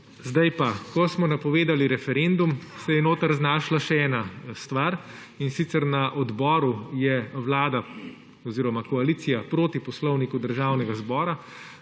zakona. Ko smo napovedali referendum, se je notri znašla še ena stvar, in sicer na odboru je Vlada oziroma koalicija proti Poslovniku Državnega zbora